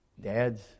Dads